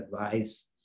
advice